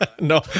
no